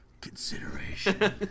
consideration